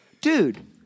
dude